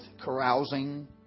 carousing